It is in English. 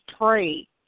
pray